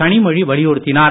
கனிமொழி வலியுறுத்தினார்